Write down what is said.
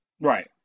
Right